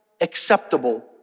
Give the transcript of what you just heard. acceptable